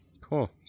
Cool